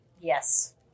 Yes